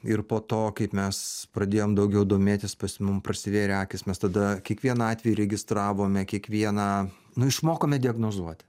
ir po to kaip mes pradėjom daugiau domėtis pas mum prasivėrė akys mes tada kiekvieną atvejį registravome kiekvieną nu išmokome diagnozuoti